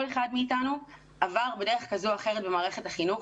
כל אחד מאיתנו עבר בדרך כזו או אחרת במערכת החינוך,